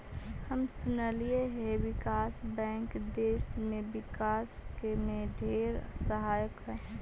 हम सुनलिअई हे विकास बैंक देस के विकास में ढेर सहायक हई